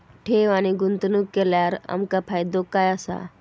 ठेव आणि गुंतवणूक केल्यार आमका फायदो काय आसा?